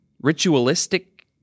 ritualistic